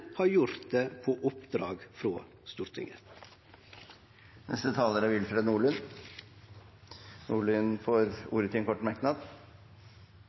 har gjort det på oppdrag frå Stortinget. Representanten Willfred Nordlund har hatt ordet to ganger tidligere og får ordet til en kort merknad,